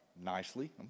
nicely